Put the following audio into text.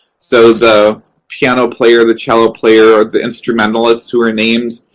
so the piano player, the cello player, the instrumentalists who are named,